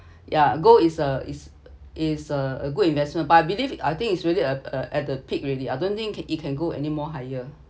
ya gold is a is is a a good investment but I believe it I think it's really uh uh at the peak already I don't think it can go anymore higher